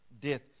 Death